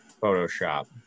Photoshop